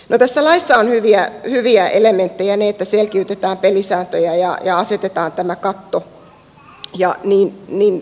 no tässä laissa ovat hyviä elementtejä ne että selkiytetään pelisääntöjä ja asetetaan tämä katto ja niin edetään